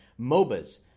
MOBAs